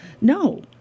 No